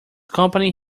company